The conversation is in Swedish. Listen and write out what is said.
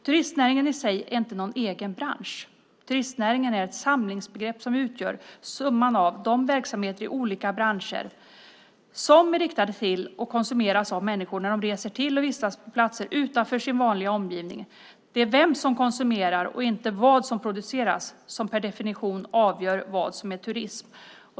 Turistnäringen i sig är inte någon egen bransch. Turistnäringen är ett samlingsbegrepp som utgör summan av de verksamheter i olika branscher som är riktade till och konsumeras av människor när de reser till och vistas på platser utanför sin vanliga omgivning. Det är vem som konsumerar och inte vad som produceras som per definition avgör vad som är turism.